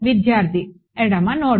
విద్యార్థి ఎడమ నోడ్